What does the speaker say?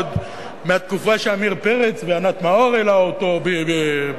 עוד מהתקופה שעמיר פרץ וענת מאור העלו אותו בזמנו,